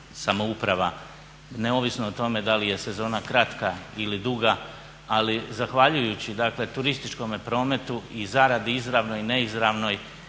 samouprava, neovisno o tome da li je sezona kratka ili duga. Ali zahvaljujući turističkome prometu i zaradi izravnoj i neizravnoj,